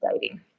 dating